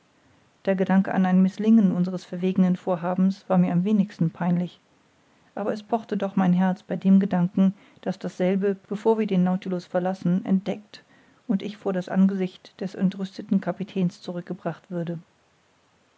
der gedanke an ein mißlingen unseres verwegenen vorhabens war mir am wenigsten peinlich aber es pochte doch mein herz bei dem gedanken daß dasselbe bevor wir den nautilus verlassen entdeckt und ich vor das angesicht des entrüsteten kapitäns zurückgebracht würde